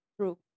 True